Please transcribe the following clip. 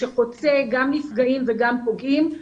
גם נפגעים וגם פוגעים,